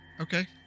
Okay